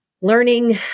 learning